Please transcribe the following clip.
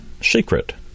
secret